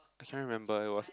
I cannot remember it was